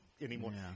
anymore